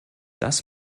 das